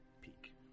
Peak